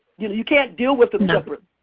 you know you can't deal with them separately.